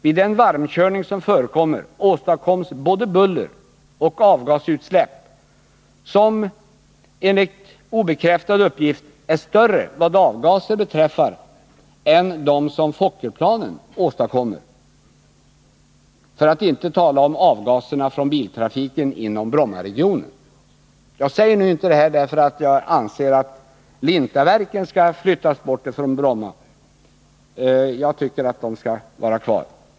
Vid den varmkörning som förekommer åstadkoms både buller och avgasutsläpp som enligt en obekräftad uppgift är större vad avgaser beträffar än de som Fokkerplanen åstadkommer, för att inte tala om avgaserna från biltrafiken i Brommaregionen. Jag säger inte detta därför att jag anser att Lintaverken skall flyttas från Bromma. Enligt min mening bör företaget vara kvar.